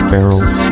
Barrels